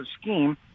scheme